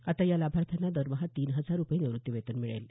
आता या लाभार्थ्यांना दरमहा तीन हजार रुपये निव्त्ती वेतन मिळेल